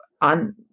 on